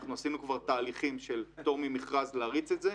אנחנו עשינו כבר תהליכים של פטור ממכרז להריץ את זה.